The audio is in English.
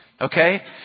Okay